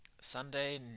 Sunday